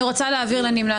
הצבעה לא אושרה נפל.